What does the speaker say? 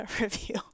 review